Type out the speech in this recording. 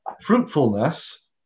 fruitfulness